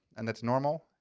and that's normal.